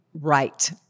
right